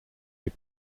les